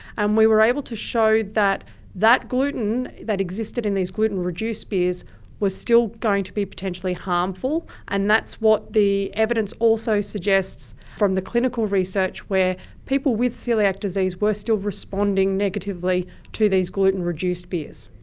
and we were able to show that that gluten that existed in these gluten reduced beers was still going to be potentially harmful, and that's what the evidence also suggests from the clinical research where people with coeliac disease were still responding negatively to these gluten reduced beers.